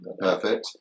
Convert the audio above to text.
Perfect